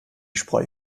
spreu